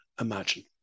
imagine